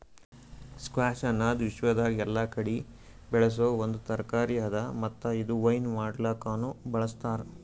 squash ಅನದ್ ವಿಶ್ವದಾಗ್ ಎಲ್ಲಾ ಕಡಿ ಬೆಳಸೋ ಒಂದ್ ತರಕಾರಿ ಅದಾ ಮತ್ತ ಇದು ವೈನ್ ಮಾಡ್ಲುಕನು ಬಳ್ಸತಾರ್